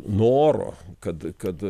noro kad kad